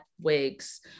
wigs